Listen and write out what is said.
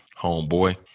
homeboy